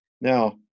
Now